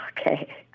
Okay